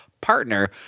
partner